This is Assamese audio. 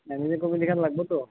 মেনেজিং কমিটিখন লাগিবতো